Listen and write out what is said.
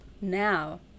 now